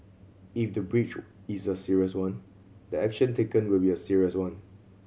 if the breach is a serious one the action taken will be a serious one